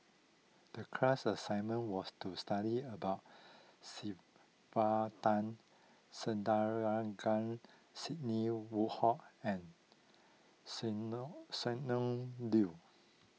the class assignment was to study about Sylvia Tan Sidney Woodhull and Sonny Sonny Liew